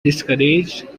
discouraged